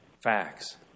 facts